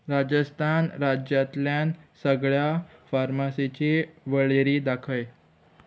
राजस्थान राज्यांतल्यान सगळ्या फार्मासीची वळेरी दाखय